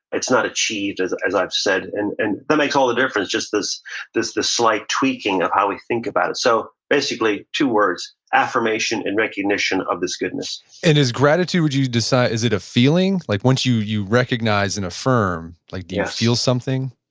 it's not achieved, as as i've said, and and that makes all the difference, just this this slight tweaking of how we think about it, so basically two words affirmation and recognition of this goodness and this gratitude, would you decide, is it a feeling? like once you you recognize and affirm, like do you feel something?